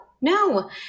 no